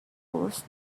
post